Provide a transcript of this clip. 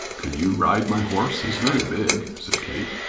could you ride my horse? he's very big, said kate.